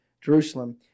Jerusalem